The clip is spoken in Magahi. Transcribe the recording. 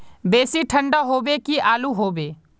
बेसी ठंडा होबे की आलू होबे